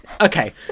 Okay